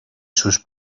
sus